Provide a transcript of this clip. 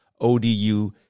ODU